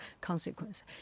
consequence